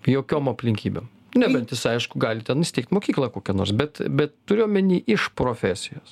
jokiom aplinkybėm nebent jis aišku gali ten įsteigt mokyklą kokia nors bet bet turiu omeny iš profesijos